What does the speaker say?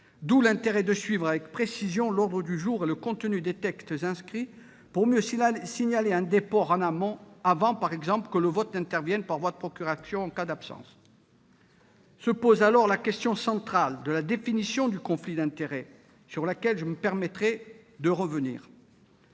d'où l'intérêt de suivre avec précision l'ordre du jour et le contenu des textes inscrits, pour mieux signaler un déport en amont, avant, par exemple, que le vote n'intervienne par voie de procuration en cas d'absence. Se pose alors la question centrale de la définition du conflit d'intérêts, sur laquelle je me permettrai de revenir